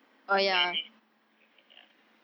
so at least we gonna